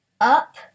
up